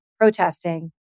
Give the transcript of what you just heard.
protesting